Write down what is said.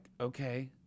okay